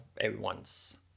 everyone's